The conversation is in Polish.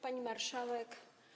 Pani Marszałek!